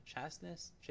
chasteness